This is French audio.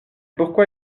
pourquoi